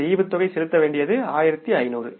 இந்த டிவிடெண்ட் செலுத்த வேண்டியது 1500